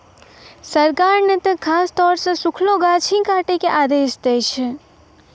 सरकार नॅ त खासतौर सॅ सूखलो गाछ ही काटै के आदेश दै छै